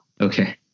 Okay